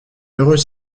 heureuse